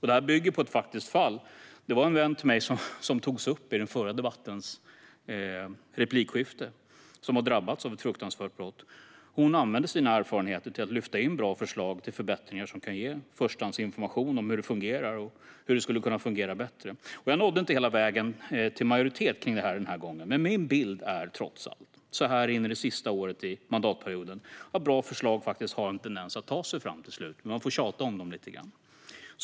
Det här bygger på ett faktiskt fall, som togs upp i den förra debattens replikskifte. En vän till mig som har drabbats av ett fruktansvärt brott använder sina erfarenheter till att lyfta in bra förslag till förbättringar, och hon kan ge förstahandsinformation om hur det fungerar och hur det skulle kunna fungera bättre. Jag nådde inte hela vägen till majoritet om detta denna gång. Men min bild så här det sista året av mandatperioden är trots allt att bra förslag faktiskt har en tendens att ta sig fram till slut men att man får tjata om dem lite grann.